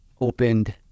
opened